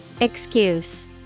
Excuse